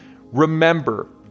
Remember